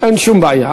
אין שום בעיה.